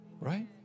right